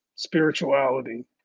Spirituality